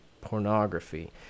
pornography